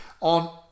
on